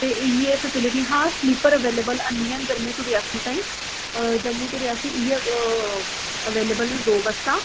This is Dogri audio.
ते इयै फैसिलिटी हां स्लीपर अवलेबल हैनी हैन जम्मू टू रियासी ताईं जम्मू टू रियासी इ'यै अवेलबल न दो बस्सां